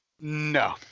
No